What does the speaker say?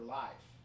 life